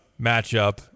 matchup